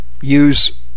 use